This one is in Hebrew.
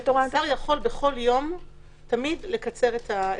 השר יכול תמיד לקצר את הוראת השעה.